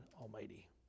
Almighty